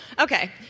okay